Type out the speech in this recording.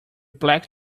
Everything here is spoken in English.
black